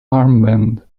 armband